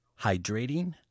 hydrating